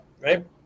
right